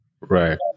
right